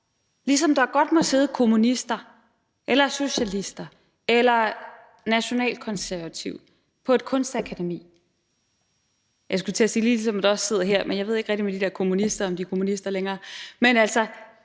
ligesom der godt må sidde kommunister, socialister eller nationalkonservative på et kunstakademi – ligesom der sidder her, skulle jeg til at sige, men jeg ved ikke rigtig med de der kommunister, altså om de er kommunister længere.